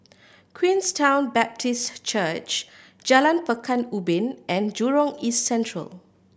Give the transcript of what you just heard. Queenstown Baptist Church Jalan Pekan Ubin and Jurong East Central